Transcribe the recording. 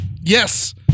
Yes